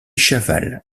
chaval